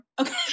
Okay